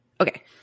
Okay